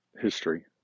history